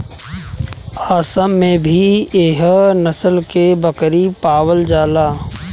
आसाम में भी एह नस्ल के बकरी पावल जाली